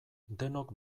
denok